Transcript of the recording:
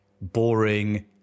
boring